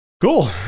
cool